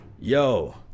yo